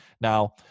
Now